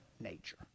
nature